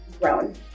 grown